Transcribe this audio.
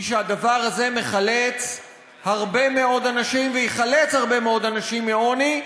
היא שהדבר הזה מחלץ הרבה מאוד אנשים ויחלץ הרבה מאוד אנשים מעוני,